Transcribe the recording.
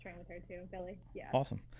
Awesome